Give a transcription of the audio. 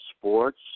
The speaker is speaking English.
sports